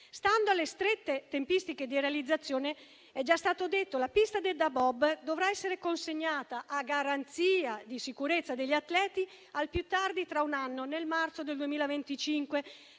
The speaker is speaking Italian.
Stando alle strette tempistiche di realizzazione, la pista da bob dovrà essere consegnata, a garanzia di sicurezza degli atleti, al più tardi tra un anno, nel marzo del 2025,